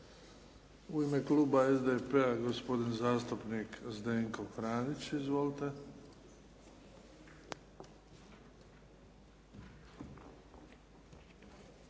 U ime kluba SDP-a, gospodin zastupnik Zdenko Franić. Izvolite.